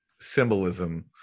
symbolism